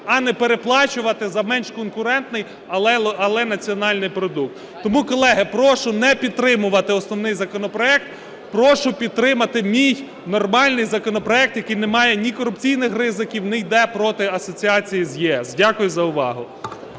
а не переплачувати за менш конкурентний, але національний продукт. Тому, колеги, прошу не підтримувати основний законопроект. Прошу підтримати мій, нормальний законопроект, який не має ні корупційних ризиків, не йде проти асоціації з ЄС. Дякую за увагу.